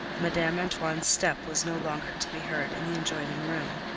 madame antoine's step was no longer to be heard in the adjoining room.